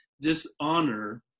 dishonor